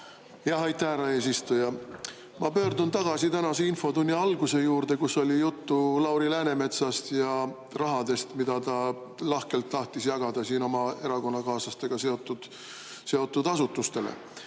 Aitäh, härra eesistuja! Ma pöördun tagasi tänase infotunni alguse juurde, kui oli juttu Lauri Läänemetsast ja rahast, mida ta lahkelt tahtis jagada siin oma erakonnakaaslastega seotud asutustele.